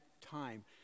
time